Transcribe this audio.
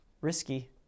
Risky